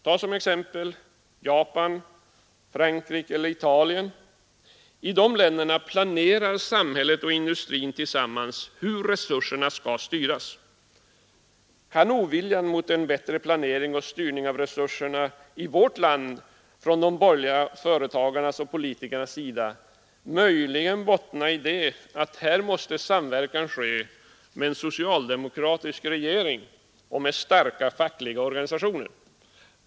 Tag Japan, Frankrike eller Italien som exempel! I dessa länder planerar samhälle och industri tillsammans hur resurserna skall styras. Kan oviljan mot en bättre planering och styrning av resurserna i vårt land från borgerliga företagares och politikers sida möjligen vara betingad av att sådana åtgärder måste genomföras i samverkan med en socialdemokratisk regering och med starka fackliga organisationer?